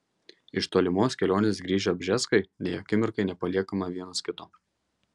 iš tolimos kelionės grįžę bžeskai nei akimirkai nepaliekame vienas kito